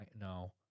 No